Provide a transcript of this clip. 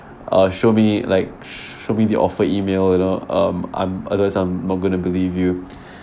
uh show me like sh~ show me the offer email you know um I'm other some not going to believe you